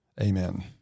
amen